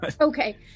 Okay